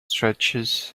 stretches